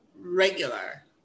regular